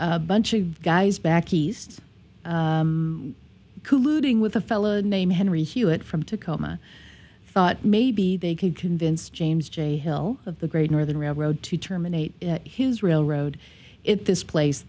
a bunch of guys back east colluding with a fellow named henry hewett from tacoma thought maybe they could convince james j hill of the great northern railroad to terminate his railroad if this place